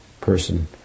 person